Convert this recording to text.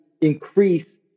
increase